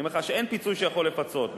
אני אומר לך שאין פיצוי שיכול לפצות,